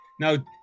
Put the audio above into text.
Now